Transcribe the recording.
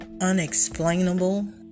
unexplainable